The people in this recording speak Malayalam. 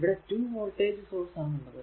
ഇവിടെ 2 വോൾടേജ് സോഴ്സ് ആണ് ഉള്ളത്